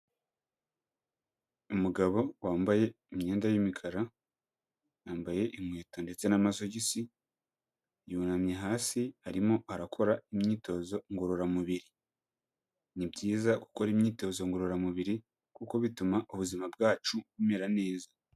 Umugabo wambaye imyenda y'imikara, yambaye inkweto ndetse n'amasogisi, yunamye hasi arimo arakora imyitozo ngororamubiri, ni byiza gukora imyitozo ngororamubiri kuko bituma ubuzima bwacu bumera neza.